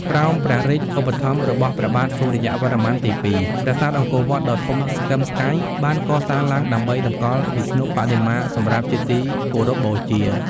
ក្រោមព្រះរាជឧបត្ថម្ភរបស់ព្រះបាទ សូរ្យវរ្ម័នទី២ ប្រាសាទអង្គរវត្តដ៏ធំស្កឹមស្កៃបានកសាងឡើងដើម្បីតម្កល់វិស្ណុបដិមាសម្រាប់ជាទីគោរពបូជា ។